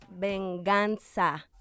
Venganza